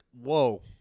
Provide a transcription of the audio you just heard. Whoa